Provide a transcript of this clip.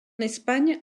espagne